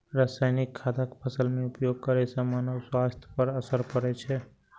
रासायनिक खादक फसल मे उपयोग करै सं मानव स्वास्थ्य पर असर पड़ै छै